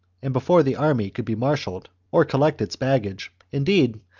and, before the army could be marshalled or collect its baggage indeed,